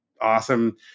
Awesome